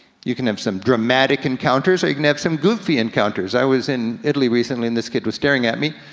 you can have some dramatic encounters, or you can have some goofy encounters. i was in italy recently, and this kid was staring at me.